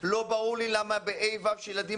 לא ברור לי למה בכיתה ה'-ו' שילדים